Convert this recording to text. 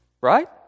right